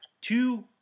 two